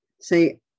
say